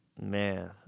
man